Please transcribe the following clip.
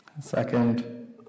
Second